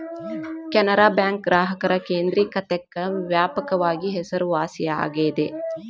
Canara bank ಗ್ರಾಹಕರ ಕೇಂದ್ರಿಕತೆಕ್ಕ ವ್ಯಾಪಕವಾಗಿ ಹೆಸರುವಾಸಿಯಾಗೆದ